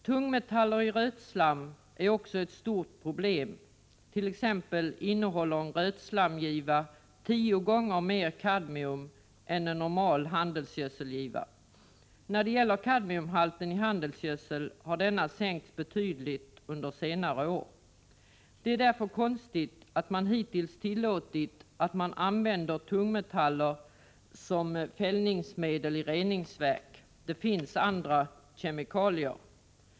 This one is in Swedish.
Tungmetaller i rötslam är också ett stort problem. Så t.ex. innehåller en rötslamgiva tio gånger mer kadmium än en normal handelsgödselgiva. När det gäller kadmiumhalten i handelsgödsel har denna sänkts betydligt under senare år. Det är därför konstigt att man hittills tillåtit användning av tungmetaller som fällningsmedel i reningsverk. Det finns andra kemikalier att tillgå.